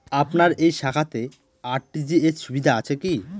আপনার এই শাখাতে আর.টি.জি.এস সুবিধা আছে কি?